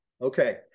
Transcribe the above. okay